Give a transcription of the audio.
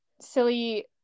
silly